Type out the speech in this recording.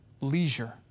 leisure